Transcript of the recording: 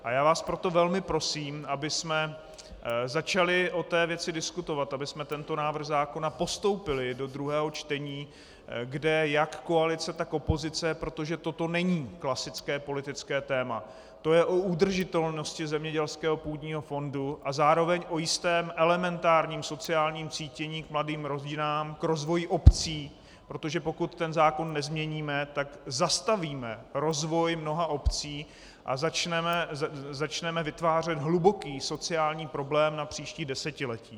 A já vás proto velmi prosím, abychom začali o té věci diskutovat, abychom tento návrh zákona postoupili do druhého čtení, kde jak koalice, tak opozice protože toto není klasické politické téma, to je o udržitelnosti zemědělského půdního fondu a zároveň o jistém elementárním sociálním cítění k mladým rodinám, k rozvoji obcí, protože pokud zákon nezměníme, tak zastavíme rozvoj mnoha obcí a začneme vytvářet hluboký sociální problém na příští desetiletí.